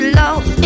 love